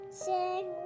sing